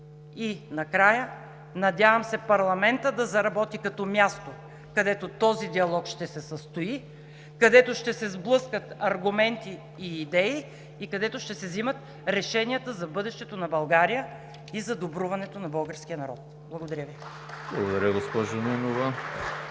Накрая, надявам се парламентът да заработи като място, където този диалог ще се състои, където ще се сблъскат аргументи и идеи и където ще се взимат решенията за бъдещето на България, за добруването на българския народ. Благодаря Ви.